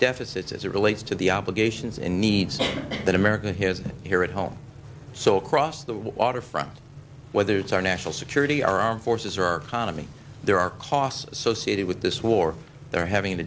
deficits as it relates to the obligations and needs that america has here at home so across the waterfront whether it's our national security our armed forces or our kind of me there are costs associated with this war they're having